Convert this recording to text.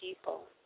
people